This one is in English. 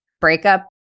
breakup